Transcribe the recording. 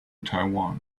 taiwan